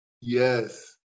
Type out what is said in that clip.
yes